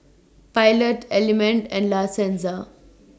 Pilot Element and La Senza